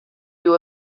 you